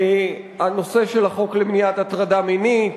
הנושא של החוק למניעת הטרדה מינית,